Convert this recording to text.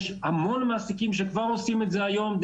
יש המון מעסיקים שכבר עושים את זה היום,